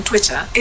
Twitter